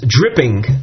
dripping